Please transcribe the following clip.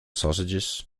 sausages